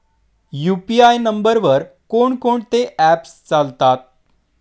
UPI नंबरवर कोण कोणते ऍप्स चालतात?